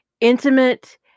intimate